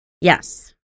Yes